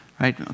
right